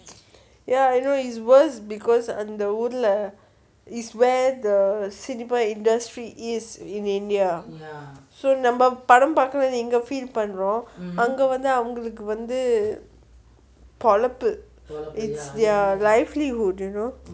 ya I know it's worse because அந்த ஊருல:anthu uurula is where the cinema industry is in india so நம்ம படம் பாக்கல னு இங்க:namma padam paakala nu ingga feel பண்றோம் அங்க அவுங்களுக்கு வந்து பொழப்பு:anrom angga avungalukku vanthu pozhappu